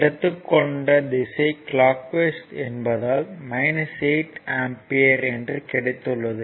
எடுத்துக் கொண்ட திசை கிளாக் வைஸ் என்பதால் 8 ஆம்பியர் என்று கிடைத்துள்ளது